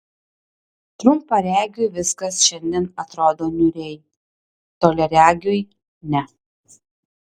trumparegiui viskas šiandien atrodo niūriai toliaregiui ne